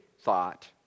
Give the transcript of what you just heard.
thought